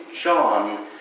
John